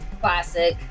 Classic